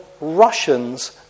Russians